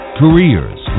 careers